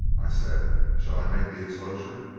i said, shall i make the exposure?